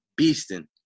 beasting